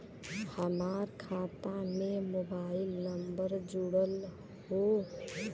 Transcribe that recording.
हमार खाता में मोबाइल नम्बर जुड़ल हो?